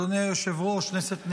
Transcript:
אדוני היושב-ראש, כנסת נכבדה,